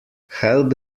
help